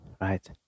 right